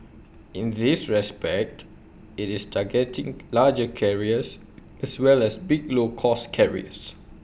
in this respect IT is targeting larger carriers as well as big low cost carriers